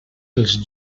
els